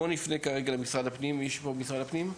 בואו נפנה כרגע למשרד הפנים, מישהו ממשרד הפנים?